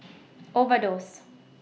Overdose